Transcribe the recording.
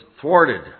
thwarted